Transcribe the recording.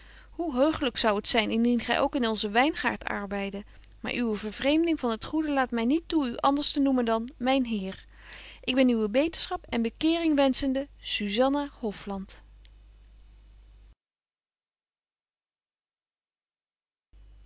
hoe heuchelyk zou het zyn indien gy ook in onzen wyngaart arbeidde maar uwe vervreemding van het goede laat my niet toe u anders te noemen dan myn heer ik ben uwe beterschap en bekeering